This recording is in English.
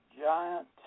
giant